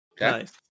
Nice